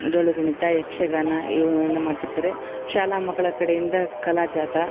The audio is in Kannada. ಡೊಳ್ಳು ಕುಣಿತ ಯಕ್ಷಗಾನ ಇವುಗಳನ್ನು ಮಾಡ್ತಿರ್ತಾರೆ ಶಾಲಾ ಮಕ್ಕಳ ಕಡೆಯಿಂದ ಕಲಾ ಜಾಥಾ